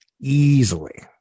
Easily